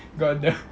got the